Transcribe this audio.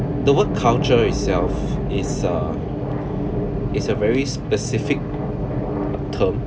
the word culture itself is a is a very specific term